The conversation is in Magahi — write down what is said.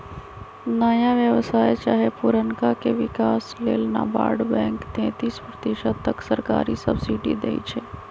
नया व्यवसाय चाहे पुरनका के विकास लेल नाबार्ड बैंक तेतिस प्रतिशत तक सरकारी सब्सिडी देइ छइ